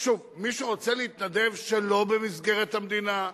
מי שרוצה להתנדב שלא במסגרת המדינה,